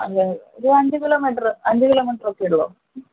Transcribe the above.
അതെ ഒരു അഞ്ച് കിലോമീറ്ററ് അഞ്ച് കിലോമീറ്ററൊക്കെയേ ഉളളൂ